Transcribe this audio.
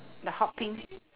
the hot pink